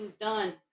done